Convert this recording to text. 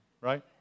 right